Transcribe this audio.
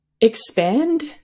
expand